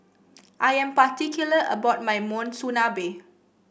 I am particular about my Monsunabe